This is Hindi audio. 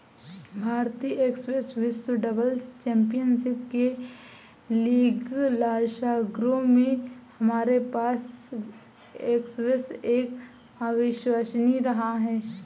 भारतीय स्क्वैश विश्व डबल्स चैंपियनशिप के लिएग्लासगो में हमारे पास स्क्वैश एक अविश्वसनीय रहा है